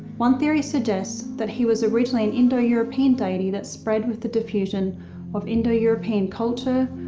one theory suggests that he was originally an indo-european deity that spread with the diffusion of indo-european culture,